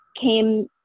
came